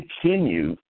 continue